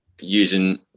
using